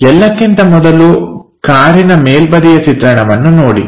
ಎಲ್ಲಕ್ಕಿಂತ ಮೊದಲು ಕಾರಿನ ಮೇಲ್ಬದಿಯ ಚಿತ್ರಣವನ್ನು ನೋಡಿ